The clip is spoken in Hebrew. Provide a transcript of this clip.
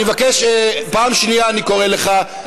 אני מבקש, פעם שנייה, אני קורא אותך.